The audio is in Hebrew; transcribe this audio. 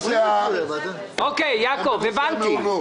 אוקיי יעקב, הבנתי.